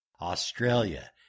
Australia